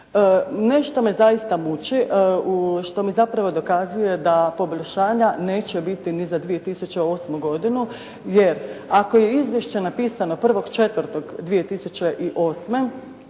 Nešto me zaista muči, što mi zapravo dokazuje da poboljšanja neće biti ni za 2008. godinu, jer ako je izvješće napisano 01. 04. 2008.